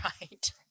Right